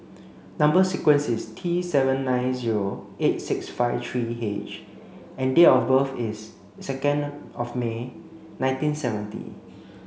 number sequence is T seven nine zero eight six five three H and date of birth is second of May nineteen seventy